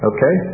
Okay